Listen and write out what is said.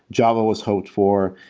java was halt for.